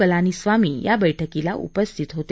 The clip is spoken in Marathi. पलानीस्वामी या बैठकीला उपस्थित होते